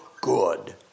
good